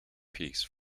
piece